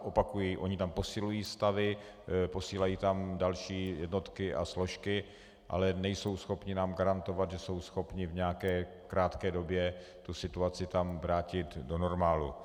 Opakuji, oni tam posilují stavy, posílají tam další jednotky a složky, ale nejsou schopni nám garantovat, že jsou schopni v nějaké krátké době situaci tam vrátit do normálu.